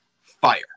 fire